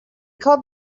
called